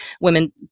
women